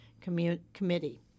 Committee